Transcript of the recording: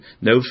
No